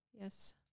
Yes